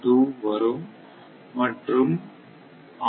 2 வரும் மற்றும் R மதிப்பு 0